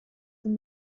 when